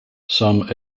some